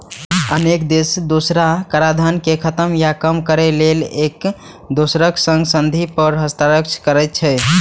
अनेक देश दोहरा कराधान कें खत्म या कम करै लेल एक दोसरक संग संधि पर हस्ताक्षर करै छै